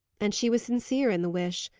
and she was sincere in the wish.